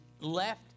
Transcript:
left